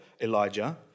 Elijah